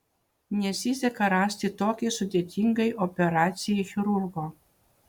nesiseka rasti tokiai sudėtingai operacijai chirurgo